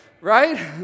Right